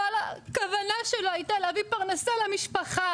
כול הכוונה שלו הייתה להביא פרנסה למשפחה.